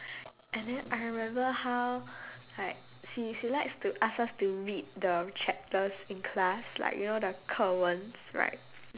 and then I remember how like she she likes to ask us to read the chapters in class like you know the 课文s right